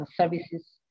services